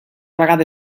vegada